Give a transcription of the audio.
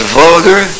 vulgar